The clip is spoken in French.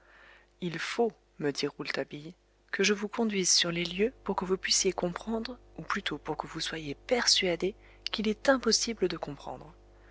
il faut me dit rouletabille que je vous conduise sur les lieux pour que vous puissiez comprendre ou plutôt pour que vous soyez persuadé qu'il est impossible de comprendre